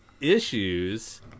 issues